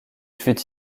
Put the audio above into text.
fut